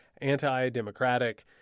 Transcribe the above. anti-democratic